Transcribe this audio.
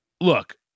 look